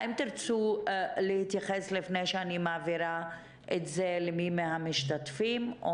האם תרצו להתייחס לפני שאני מעבירה את זה למי מהמשתתפים?